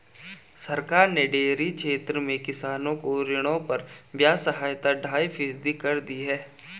सरकार ने डेयरी क्षेत्र में किसानों को ऋणों पर ब्याज सहायता ढाई फीसदी कर दी है